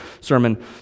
sermon